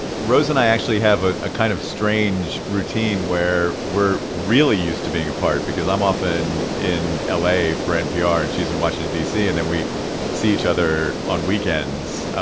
rose and i actually have a kind of strange routine where we're really used to being apart because i'm often in ah la for npr and she's in washington, d c, and then we see each other on weekends.